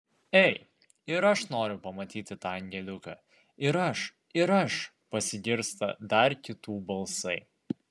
ei ir aš noriu pamatyti tą angeliuką ir aš ir aš pasigirsta dar kitų balsai